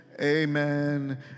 Amen